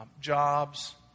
jobs